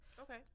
Okay